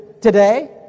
Today